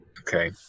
Okay